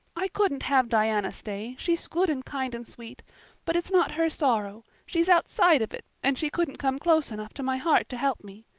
i couldn't have diana stay, she's good and kind and sweet but it's not her sorrow she's outside of it and she couldn't come close enough to my heart to help me.